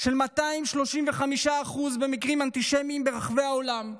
של 235% במקרים אנטישמיים ברחבי העולם,